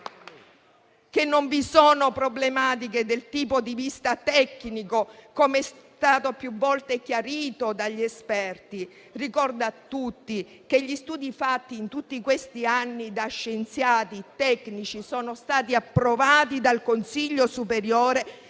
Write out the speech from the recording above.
che non vi sono problematiche dal punto di vista tecnico, come è stato più volte chiarito dagli esperti. Ricordo a tutti che gli studi fatti in tutti questi anni da scienziati e tecnici sono stati approvati dal Consiglio superiore